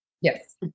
yes